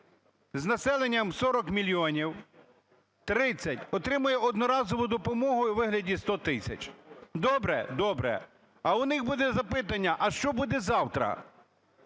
з населенням 40 мільйонів, 30 отримає одноразову допомогу у вигляді 100 тисяч. Добре? Добре. А у них буде запитання: а що буде завтра?